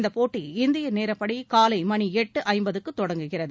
இப்போட்டி இந்திய நேரப்படி காலை மணி எட்டு ஐம்பத்துக்கு தொடங்குகிறது